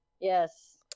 yes